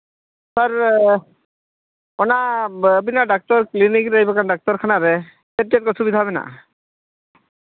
ᱥᱮᱨ ᱚᱱᱟ ᱟᱹᱵᱤᱱᱟᱜ doctor clinic ᱨᱮ ᱵᱟᱠᱷᱟᱱ ᱰᱟᱠᱛᱚᱨ ᱠᱷᱟᱱᱟ ᱨᱮ ᱪᱮᱫ ᱪᱮᱫ ᱠᱚ ᱥᱩᱵᱤᱫᱷᱟ ᱢᱮᱱᱟᱜᱼᱟ